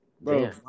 bro